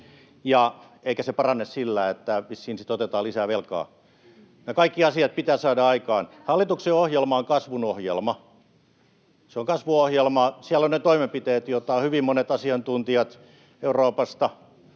eikä se parane sillä, että vissiin sitten otetaan lisää velkaa. Nämä kaikki asiat pitää saada aikaan. Hallituksen ohjelma on kasvun ohjelma. Se on kasvun ohjelma, ja siellä on ne toimenpiteet, joita hyvin monet asiantuntijat Euroopasta,